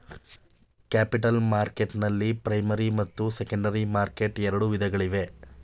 capital ಮಾರ್ಕೆಟ್ನಲ್ಲಿ primary ಮತ್ತು secondary market ಎರಡು ವಿಧಗಳಿವೆ